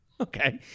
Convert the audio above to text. Okay